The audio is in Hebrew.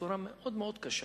בצורה מאוד מאוד קשה.